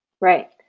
right